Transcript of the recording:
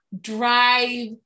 drive